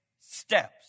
steps